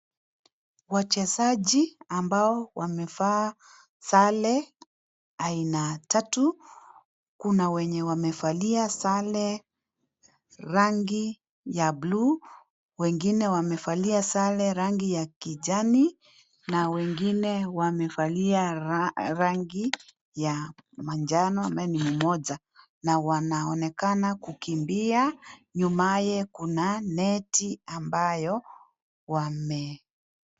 Wachezaji ambao wamevaa sare aina tatu kuna wenye wamevalia sare rangi ya bluu wengine wamevalia sare rangi ya kijani na wengine wamevalia rangi ya manjano ambaye ni mmoja na wanaonekana kukimbia nyumaye kuna neti ambayo wame.